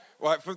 Right